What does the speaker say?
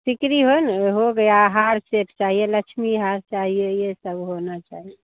टिकरी होना हो गया हार सेट चाहिए लक्ष्मी हार चाहिए ये सब होना चाहिए